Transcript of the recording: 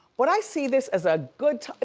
but i see this as a good time,